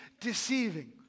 deceiving